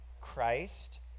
Christ